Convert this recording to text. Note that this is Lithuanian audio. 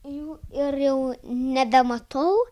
jų ir jau nebematau